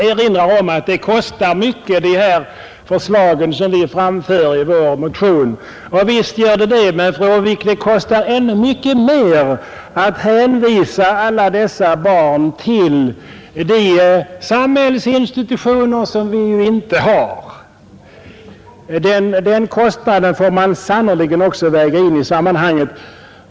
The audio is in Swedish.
Fru talman! Fru Håvik erinrar om att de förslag som vi framför i vår motion kostar mycket. Ja, visst gör de det, men, fru Håvik, det kostar ännu mycket mer att hänvisa alla dessa barn till de samhällsinstitutioner som vi ju inte har. Den kostnaden får man sannerligen också väga in i sammanhanget.